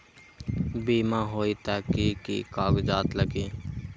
बिमा होई त कि की कागज़ात लगी?